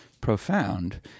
profound